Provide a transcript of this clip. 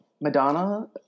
Madonna